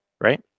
right